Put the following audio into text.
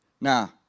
Now